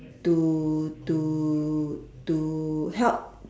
to to to help